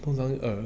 then um